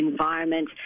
environment